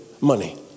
money